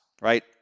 right